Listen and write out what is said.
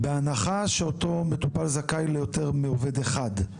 בהנחה שאותו מטופל זכאי ליותר מעובד אחד.